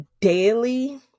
daily